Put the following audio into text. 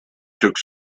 took